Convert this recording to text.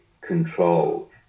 control